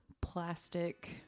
plastic